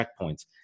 checkpoints